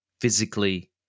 physically